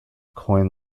coin